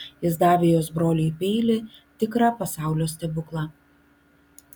jis davė jos broliui peilį tikrą pasaulio stebuklą